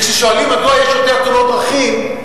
כששואלים מדוע יש יותר תאונות דרכים,